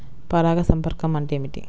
పరాగ సంపర్కం అంటే ఏమిటి?